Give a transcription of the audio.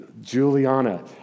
Juliana